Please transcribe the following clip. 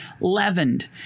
leavened